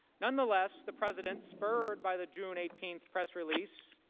nonetheless, the president spurred by the june eighteen press release